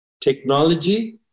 technology